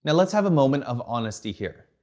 but let's have a moment of honesty here.